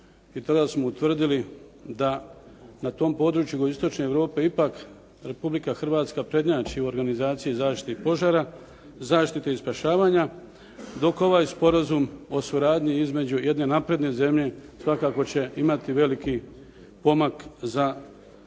i tada smo utvrdili da na tom području Jugoistočne Europe ipak Republika Hrvatska prednjači u organizaciji i zaštiti požara, zaštiti spašavanja, dok ovaj sporazum o suradnji između jedne napredne zemlje svakako će imati veliki pomak za zaštitu